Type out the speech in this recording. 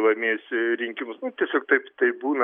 laimėjusi rinkimus nu tiesiog taip taip būna